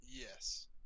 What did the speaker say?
Yes